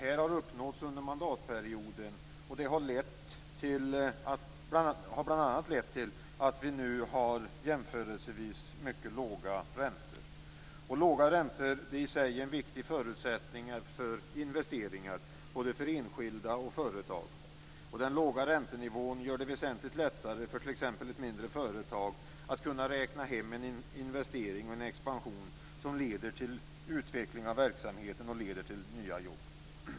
Det har uppnåtts under mandatperioden och har bl.a. lett till att vi nu har jämförelsevis mycket låga räntor. Låga räntor är i sig en viktig förutsättning för investeringar för både enskilda och företag. Den låga räntenivån gör det väsentligt lättare för t.ex. ett mindre företag att räkna hem en investering och en expansion som leder till utveckling av verksamheten och till nya jobb.